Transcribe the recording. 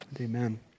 Amen